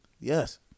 Yes